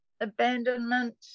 abandonment